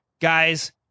Guys